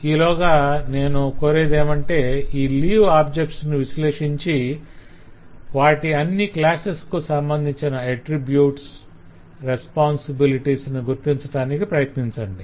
ఈ లోగా నేను కోరేదేమంటే ఈ లీవ్ ఆబ్జెక్ట్స్ ను విశ్లేషించి వాటి అన్ని క్లాసెస్ కు సంబంధించిన అట్రిబ్యూట్స్ బాధ్యతలు ను గుర్తించటానికి ప్రయత్నించండి